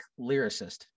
lyricist